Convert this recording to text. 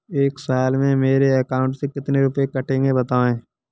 एक साल में मेरे अकाउंट से कितने रुपये कटेंगे बताएँ?